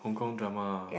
Hong-Kong drama